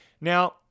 Now